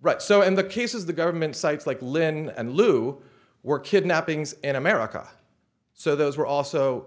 right so in the cases the government sites like lynn and lew were kidnappings in america so those were also